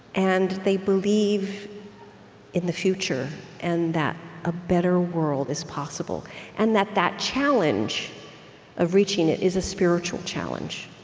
and they believe in the future and that a better world is possible and that that challenge of reaching it is a spiritual challenge.